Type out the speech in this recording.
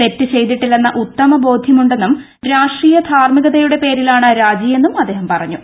തെറ്റ് ചെയ്തിട്ടില്ലെന്ന ഉത്ത്മബോധൃം ഉണ്ടെന്നും രാഷ്ട്രീയ ധാർമികതയുടെ പേരിലാണ് രാജിയെന്നും അദ്ദേഹം പറഞ്ഞു